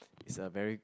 is a very